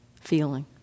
feeling